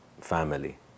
family